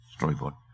storyboard